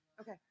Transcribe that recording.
Okay